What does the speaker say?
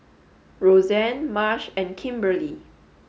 Roseann Marsh and Kimberli